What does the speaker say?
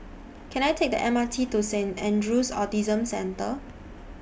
Can I Take The M R T to Saint Andrew's Autism Centre